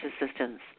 assistance